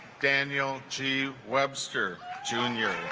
daniel g webster jr.